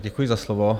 Děkuji za slovo.